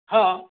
ହଁ